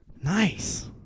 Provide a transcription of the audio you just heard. Nice